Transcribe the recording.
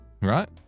Right